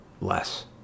less